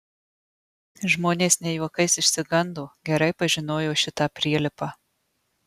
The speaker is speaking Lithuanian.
žmonės ne juokais išsigando gerai pažinojo šitą prielipą